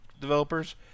developers